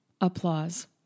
Applause